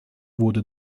wurde